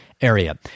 area